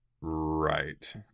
Right